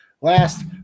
last